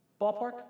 Ballpark